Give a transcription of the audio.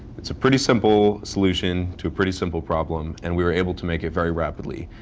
it's a pretty simple solution to a pretty simple problem. and we were able to make it very rapidly.